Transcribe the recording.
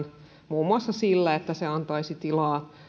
muun muassa sillä että se antaisi tilaa